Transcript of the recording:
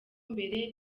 mbere